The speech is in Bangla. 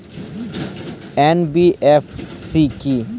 এন.বি.এফ.সি কী?